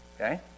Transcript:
Okay